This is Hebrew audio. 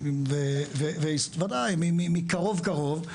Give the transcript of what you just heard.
מקרוב קרוב,